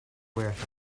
well